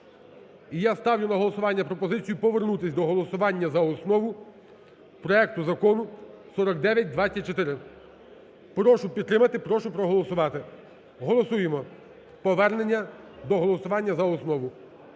я ставлю на голосування пропозицію повернутися до голосування за основу проекту Закону 4924. Прошу підтримати, прошу проголосувати. Голосуємо повернення до голосування за основу,